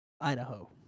Idaho